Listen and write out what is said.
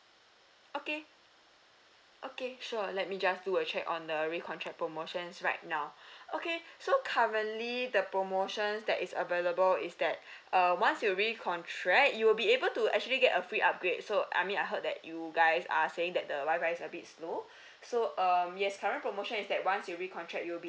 okay okay sure let me just do a check on the recontract promotions right now okay so currently the promotions that is available is that uh once you recontract you'll be able to actually get a free upgrade so I mean I heard that you guys are saying that the WI-FI is a bit slow so um yes current promotion is that once you recontract you'll be